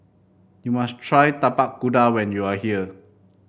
you must try Tapak Kuda when you are here